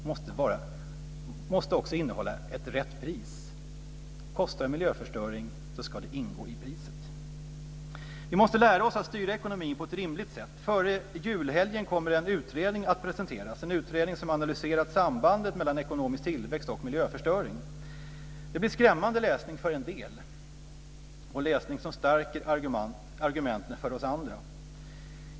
Kostar det i miljöförstöring så ska det ingå i priset. Före julhelgen kommer en utredning att presenteras, en utredning som analyserat sambandet mellan ekonomisk tillväxt och miljöförstöring. Det blir skrämmande läsning för en del och läsning som stärker argumenten för oss andra.